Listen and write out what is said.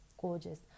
gorgeous